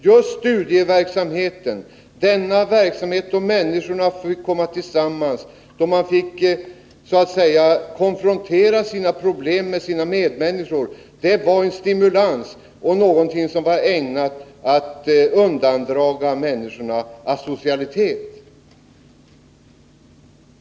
Hon berättade att just studieverksamheten, då människorna fick komma tillsammans och låta sina problem konfronteras med varandra, var en stimulans och någonting som var ägnat att avhålla människor från att hamna i asocialitet.